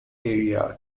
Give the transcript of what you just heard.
area